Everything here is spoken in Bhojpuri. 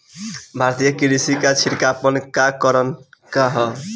भारतीय कृषि क पिछड़ापन क कारण का ह?